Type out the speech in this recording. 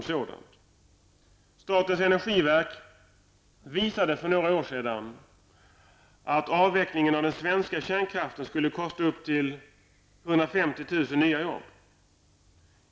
Statens energiverk visade för några år sedan att avvecklingen av den svenska kärnkraften skulle kosta upp till 150 000 nya arbeten.